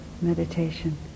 meditation